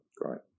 Great